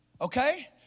Okay